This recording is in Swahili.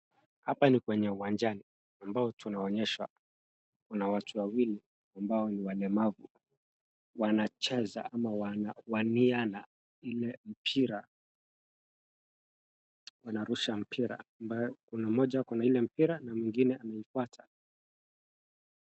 Hapa ni kwenye uwanjani ambao tunaonyeshwa kuna watu wawili ambao ni walemavu wanacheza ama wanawaniana ile mpira wanarusha mpira ambayo kuna mmoja ako na ile mpira na mwengine anamfuata.